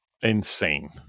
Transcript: insane